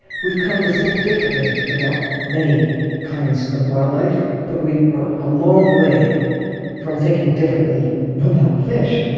we've come to think differently about many kinds of wildlife but we are a long way from thinking differently about fish.